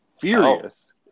furious